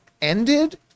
ended